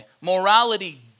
Morality